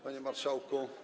Panie Marszałku!